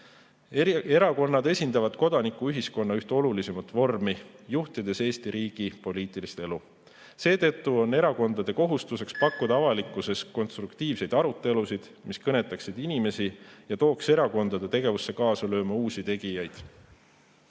Erakonnad esindavad kodanikuühiskonna ühte olulisemat vormi, juhtides Eesti riigi poliitilist elu. Seetõttu on erakondade kohustuseks pakkuda avalikkuses konstruktiivseid arutelusid, mis kõnetaks inimesi ja tooks erakondade tegevusse kaasa lööma uusi tegijaid.